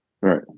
Right